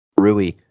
Rui